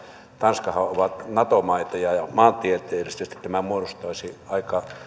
tanskahan ovat nato maita ja ja maantieteellisesti tämä muodostaisi aika